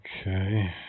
Okay